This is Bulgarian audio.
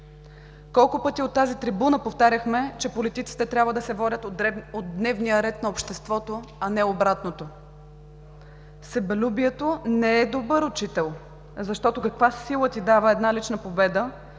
Колко пъти от тази трибуна повтаряхме, че политиците трябва да се водят от дневния ред на обществото, а не обратното. Себелюбието не е добър учител, защото каква сила ти дава една лична победа,